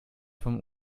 vom